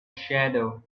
shadow